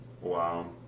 Wow